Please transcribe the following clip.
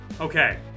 Okay